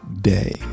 Day